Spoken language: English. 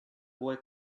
boy